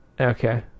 Okay